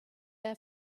air